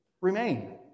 remain